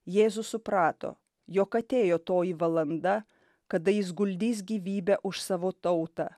jėzus suprato jog atėjo toji valanda kada jis guldys gyvybę už savo tautą